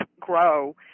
grow